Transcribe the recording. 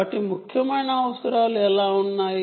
వాటి ముఖ్యమైన అవసరాలు ఎలా ఉన్నాయి